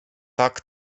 tak